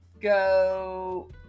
go